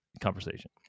conversation